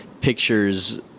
pictures